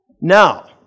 Now